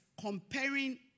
comparing